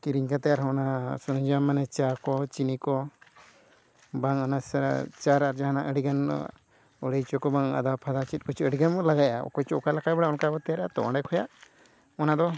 ᱠᱤᱨᱤᱧ ᱠᱟᱛᱮᱫ ᱟᱨ ᱚᱱᱟ ᱥᱚᱨᱚᱢᱡᱟᱢ ᱢᱟᱱᱮ ᱪᱟ ᱠᱚ ᱪᱤᱱᱤ ᱠᱚ ᱵᱟᱝ ᱚᱱᱮ ᱥᱮᱲᱟ ᱪᱟ ᱨᱮ ᱟᱨ ᱠᱟᱦᱟᱱᱟᱜ ᱟᱹᱰᱤ ᱜᱟᱱ ᱟᱹᱲᱟᱹᱭ ᱪᱚ ᱠᱚ ᱵᱟᱝ ᱟᱫᱟ ᱯᱷᱟᱫᱟ ᱪᱮᱫ ᱠᱚᱪᱚᱝ ᱟᱹᱰᱤ ᱜᱟᱱ ᱵᱚᱱ ᱞᱟᱜᱟᱣᱮᱜᱼᱟ ᱚᱠᱚᱭ ᱪᱚᱝ ᱚᱠᱟ ᱞᱮᱠᱟᱭ ᱵᱟᱲᱟᱭᱟ ᱚᱱᱠᱟ ᱵᱚ ᱛᱮᱭᱟᱨᱮᱜᱼᱟ ᱛᱚ ᱚᱸᱰᱮ ᱠᱷᱚᱱᱟᱜ ᱚᱱᱟ ᱫᱚ